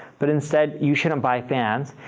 but instead, you shouldn't buy fans,